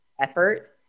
effort